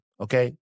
Okay